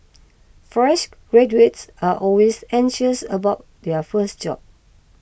fresh graduates are always anxious about their first job